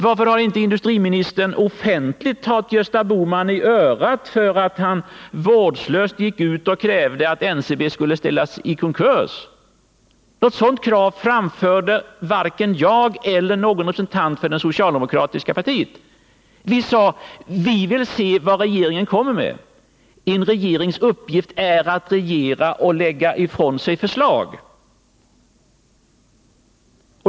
Varför har inte industriministern offentligt tagit Gösta Bohman i örat för att han vårdslöst gick ut och krävde att NCB skulle försättas i konkurs? Ett sådant krav framförde varken jag eller någon annan representant för det socialdemokratiska partiet. Vi sade: Vi vill se vad regeringen kommer med. En regerings uppgift är att regera och lägga fram förslag.